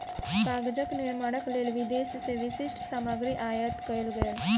कागजक निर्माणक लेल विदेश से विशिष्ठ सामग्री आयात कएल गेल